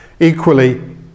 equally